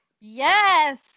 Yes